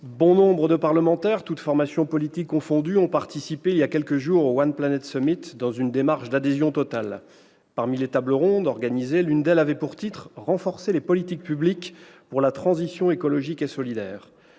bon nombre de parlementaires, toutes formations politiques confondues, ont participé il y a quelques jours au, dans une démarche d'adhésion totale. L'une des tables rondes organisées avait pour titre :« Renforcer les politiques publiques pour la transition écologique et solidaire.